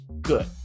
good